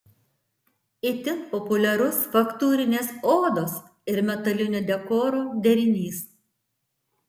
itin populiarus faktūrinės odos ir metalinio dekoro derinys